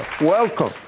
Welcome